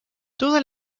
todas